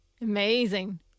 Amazing